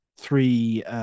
three